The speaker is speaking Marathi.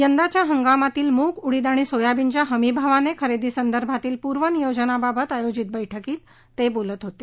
यंदाच्या हंगामातील मूग उडिद व सोयाबीनच्या हमीभावाने खरेदी संदर्भातील पूर्व नियोजनाबाबत आयोजित बैठकीत ते बोलत होते